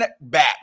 back